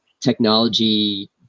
technology